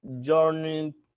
journey